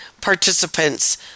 participants